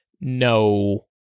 no